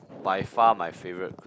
by far my favourite